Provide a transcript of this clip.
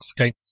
Okay